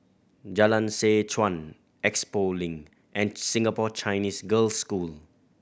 Jalan Seh Chuan Expo Link and Singapore Chinese Girls' School